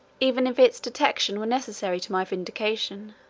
even if its detection were necessary to my vindication